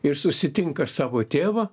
ir susitinka savo tėvą